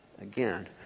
again